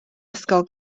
ysgol